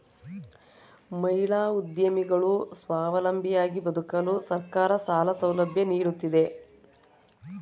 ಮಹಿಳಾ ಉದ್ಯಮಿಗಳು ಸ್ವಾವಲಂಬಿಯಾಗಿ ಬದುಕಲು ಸರ್ಕಾರ ಸಾಲ ಸೌಲಭ್ಯ ನೀಡುತ್ತಿದೆ